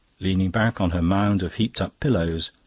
leaning back on her mound of heaped-up pillows,